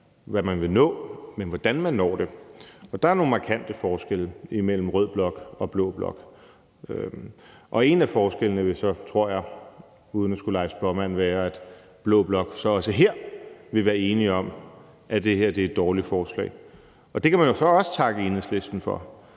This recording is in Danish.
hvad man vil nå, men hvordan man når det, og der er nogle markante forskelle imellem rød blok og blå blok. Og en af forskellene vil være, tror jeg uden at skulle lege spåmand, at blå blok også her vil være enige om, at det her er et dårligt forslag. Det kan man jo så også takke Enhedslisten for,